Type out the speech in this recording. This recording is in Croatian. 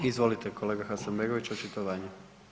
Izvolite kolega Hasanbegović, očitovanje.